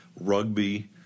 Rugby